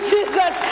Jesus